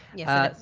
yeah,